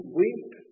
weep